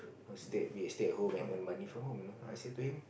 err stay be stay at home and earn money from home you know I said to him